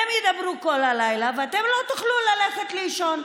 הם ידברו כל הלילה ואתם לא תוכלו ללכת לישון.